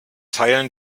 teilen